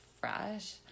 fresh